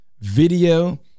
video